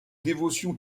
dévotion